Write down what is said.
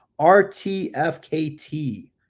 RTFKT